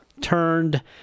turned